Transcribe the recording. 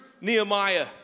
Nehemiah